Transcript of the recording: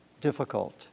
difficult